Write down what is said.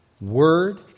word